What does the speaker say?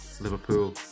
Liverpool